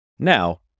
Now